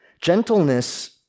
gentleness